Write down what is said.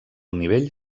nivell